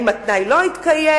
אם התנאי לא התקיים.